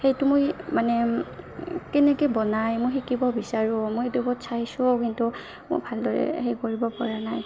সেইটো মই মানে কেনেকৈ বনাই মই শিকিব বিচাৰোঁ মই ইউটিউবত চাইছোও কিন্তু মোৰ ভালদৰে হেৰি কৰিব পৰা নাই